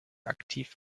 aktiv